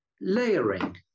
Layering